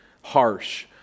harsh